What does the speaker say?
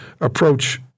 approach